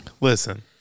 Listen